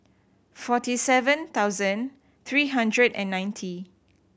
forty seven thousand three hundred and ninety